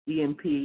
EMP